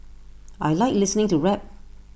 I Like listening to rap